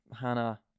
hannah